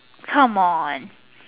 come on